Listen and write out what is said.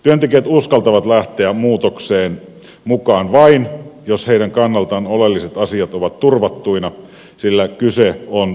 työntekijät uskaltavat lähteä muutokseen mukaan vain jos heidän kannaltaan oleelliset asiat ovat turvattuina sillä kyse on työsuhdeturvasta